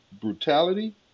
brutality